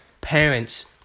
parents